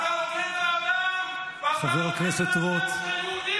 אתה רוקד על הדם, ואתה רוקד על הדם של יהודים.